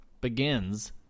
begins